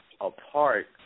apart